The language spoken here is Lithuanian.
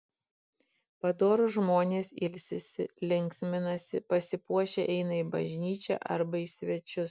padorūs žmonės ilsisi linksminasi pasipuošę eina į bažnyčią arba į svečius